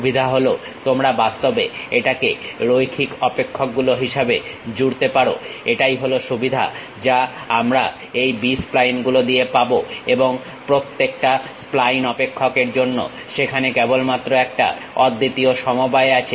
সুবিধা হলো তোমরা বাস্তবে এটাকে রৈখিক অপেক্ষকগুলো হিসাবে জুড়তে পারো এটাই হলো সুবিধা যা আমরা এই B স্প্লাইন গুলো দিয়ে পাবো এবং প্রত্যেকটা স্প্লাইন অপেক্ষকের জন্য সেখানে কেবলমাত্র একটা অদ্বিতীয় সমবায় আছে